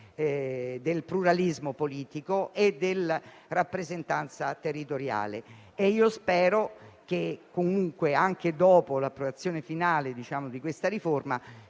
del pluralismo politico e della rappresentanza territoriale. Spero in ogni caso che, anche dopo l'approvazione finale di questa riforma,